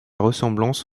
ressemblance